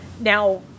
Now